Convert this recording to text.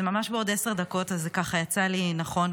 זה ממש בעוד עשר דקות, אז זה יצא לי נכון.